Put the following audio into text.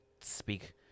speak